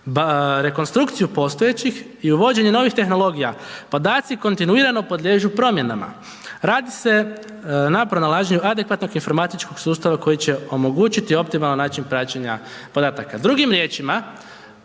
rekonstrukciju postojećih i uvođenja novih tehnologija, podaci kontinuirano podliježu promjenama. Radi se na pronalaženju adekvatnog informatičkog sustava koji će omogućiti optimalan način praćenje podataka.